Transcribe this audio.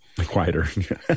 Quieter